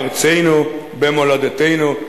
בארצנו, במולדתנו.